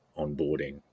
onboarding